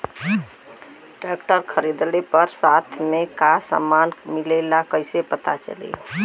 Tractor खरीदले पर साथ में का समान मिलेला कईसे पता चली?